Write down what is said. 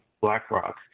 BlackRock